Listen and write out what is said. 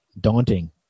daunting